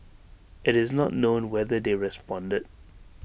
IT is not known whether they responded